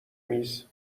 میز